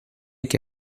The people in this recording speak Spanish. que